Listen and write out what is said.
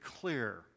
clear